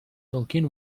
tolkien